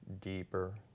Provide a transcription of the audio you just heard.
deeper